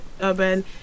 urban